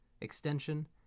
extension